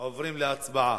עוברים להצבעה.